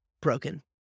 broken